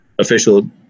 official